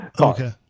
Okay